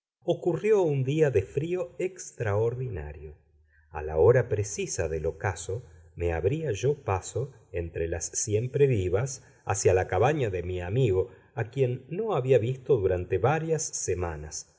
ocurrió un día de frío extraordinario a la hora precisa del ocaso me abría yo paso entre las siemprevivas hacia la cabaña de mi amigo a quien no había visto durante varias semanas